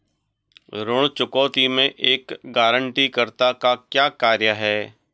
ऋण चुकौती में एक गारंटीकर्ता का क्या कार्य है?